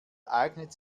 eignet